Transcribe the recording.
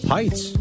Heights